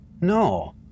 No